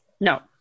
no